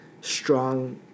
strong